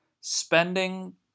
spending